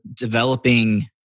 developing